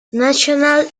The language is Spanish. national